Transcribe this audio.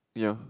ya